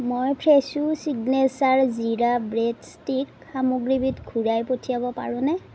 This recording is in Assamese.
মই Fresho signature jeera bread stick সামগ্ৰীবিধ ঘূৰাই পঠিয়াব পাৰোঁনে